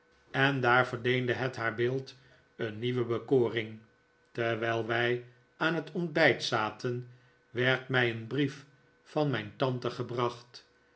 en daar verleende het haar beeld een nieuwe bekoring terwijl wij aan het ontbijt zaten werd mij een brief van mijn tante gebracht